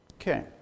Okay